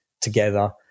together